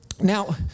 Now